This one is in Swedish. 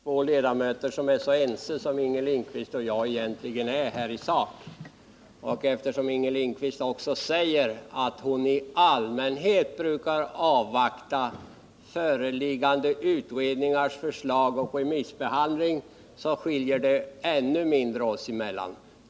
Herr talman! Det kanske är onödigt att uppta kammarens tid med en diskussion mellan två ledamöter, som är så ense som Inger Lindquist och jag egentligen är i sak. Eftersom Inger Lindquist också sade att hon i allmänhet brukar avvakta pågående utredningars förslag och remissbehandling, är det ännu mindre som skiljer oss åt.